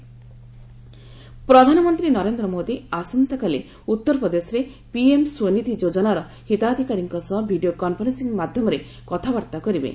PM Svanidhi ପ୍ରଧାନମନ୍ତ୍ରୀ ନରେନ୍ଦ୍ର ମୋଦୀ ଆସନ୍ତା କାଲି ଉତ୍ତରପ୍ରଦେଶରେ ପିଏମ୍ ସ୍ପନିଧି ଯୋଜନାର ହିତାଧିକାରୀଙ୍କ ସହ ଭିଡ଼ିଓ କନ୍ଫରେନ୍ନିଂ ମାଧ୍ୟମରେ କଥାବାର୍ତ୍ତା କରିବେ